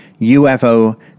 UFO